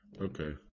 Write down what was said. Okay